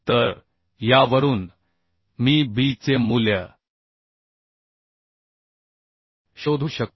तर यावरून मी b चे मूल्य शोधू शकतो